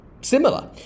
similar